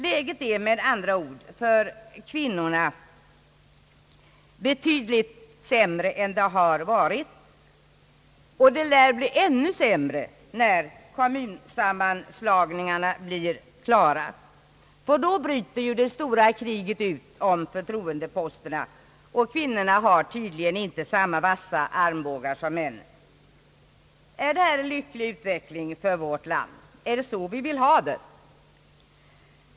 Läget för kvinnorna är med andra ord betydligt sämre än det har varit, och det lär bli ännu sämre när kommunsammanslagningarna blir klara. Då bryter det stora kriget ut om förtroendeposterna, och kvinnorna har tydligen inte samma vassa armbågar som männen. Är detta en lycklig utveckling för vårt land? Är det så vi vill ha det?